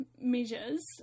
measures